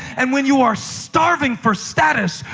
and when you are starving for status,